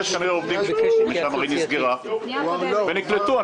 הטלוויזיה הרי נסגרה ויש עובדים שנקלטו.